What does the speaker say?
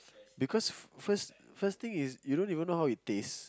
because first first thing is you don't even know how it taste